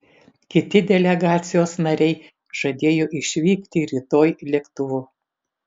kiti delegacijos nariai žadėjo išvykti rytoj lėktuvu